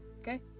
Okay